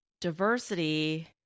diversity